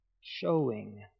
Showing